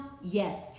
Yes